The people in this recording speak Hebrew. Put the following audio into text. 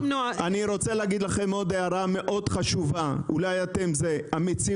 אני רוצה להגיד לכם עוד הערה חשובה מאוד: המציאות